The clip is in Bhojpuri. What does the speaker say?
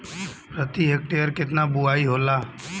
प्रति हेक्टेयर केतना बुआई होला?